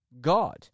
God